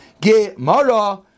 Gemara